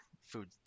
food